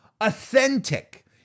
authentic